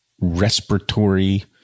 respiratory